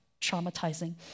traumatizing